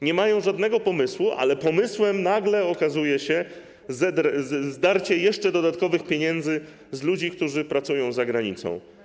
Nie mają żadnego pomysłu, ale pomysłem nagle okazuje się zdarcie jeszcze dodatkowych pieniędzy z ludzi, którzy pracują za granicą.